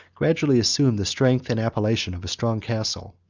gradually assumed the strength and appellation of a strong castle,